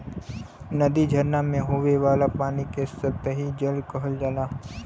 नदी, झरना में होये वाला पानी के सतही जल कहल जाला